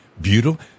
beautiful